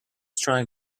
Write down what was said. trying